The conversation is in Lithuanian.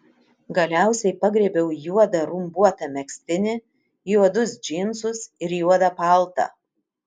galiausiai pagriebiau juodą rumbuotą megztinį juodus džinsus ir juodą paltą